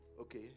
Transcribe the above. Okay